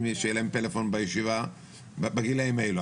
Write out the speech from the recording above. שיהיה להם פלאפון בישיבה בגילאים האלה,